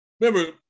Remember